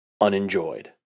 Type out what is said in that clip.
unenjoyed